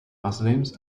muslims